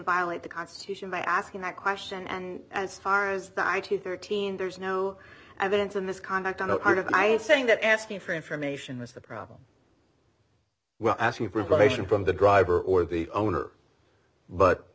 violate the constitution by asking that question and as far as the eye to thirteen there's no evidence of misconduct on the part of my saying that asking for information was the problem well asking for advice and from the driver or the owner but